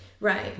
right